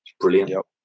Brilliant